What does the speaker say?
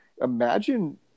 imagine